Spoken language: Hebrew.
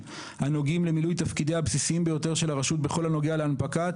הנוגעים למילוי תפקידיה הבסיסיים ביותר של הרשות בכל הנוגע להנפקת